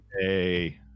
Hey